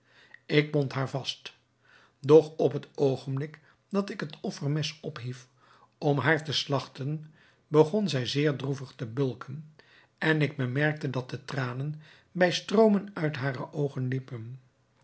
ik bond haar vast doch op het oogenblik dat ik het offermes ophief om haar te slagten begon zij zeer droevig te bulken en ik bemerkte dat de tranen bij stroomen uit hare oogen liepen